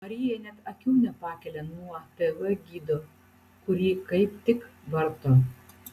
marija net akių nepakelia nuo tv gido kurį kaip tik varto